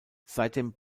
seitdem